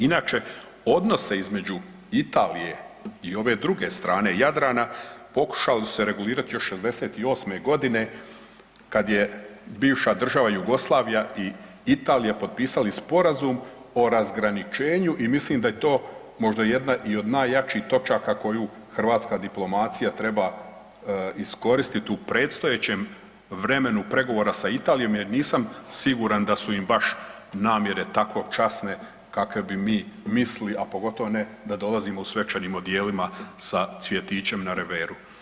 Inače, odnose između Italije i ove druge strane Jadrana pokušali su se regulirati još '68.g. kad je bivša država Jugoslavija i Italija potpisali Sporazum o razgraničenju i mislim da je to možda jedna i od najjačih točaka koju hrvatska diplomacija treba iskoristit u predstojećem vremenu pregovora sa Italijom jer nisam siguran da su im baš namjere tako časne kakve bi mi mislili, a pogotovo ne da dolazimo u svečanim odjelima sa cvjetićem na reveru.